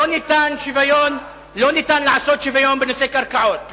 לא ניתן לעשות שוויון בנושא קרקעות,